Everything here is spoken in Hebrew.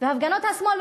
גם בהפגנות החברתיות.